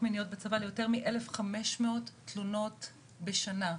מיניות בצבא ליותר מ-1,500 תלונות בשנה.